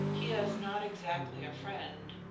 he is not exactly a friend,